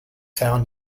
found